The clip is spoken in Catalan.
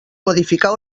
modificar